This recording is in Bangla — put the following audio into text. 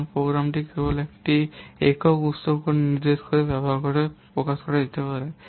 কারণ প্রোগ্রামটি কেবল একটি একক উত্স কোড নির্দেশ ব্যবহার করে প্রকাশ করা যেতে পারে